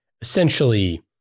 essentially